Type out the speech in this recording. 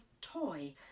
toy